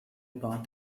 about